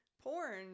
porn